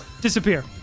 disappear